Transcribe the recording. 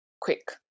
quick